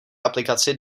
aplikaci